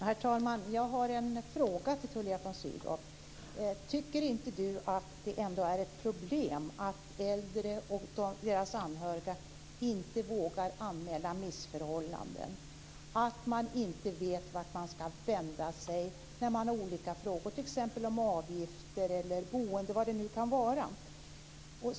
Herr talman! Jag har en fråga: Tycker inte Tullia von Sydow att det ändå är ett problem att äldre och deras anhöriga inte vågar anmäla missförhållanden och att man inte vet var man ska vända sig när man har olika frågor om t.ex. avgifter, boende eller vad det nu kan vara?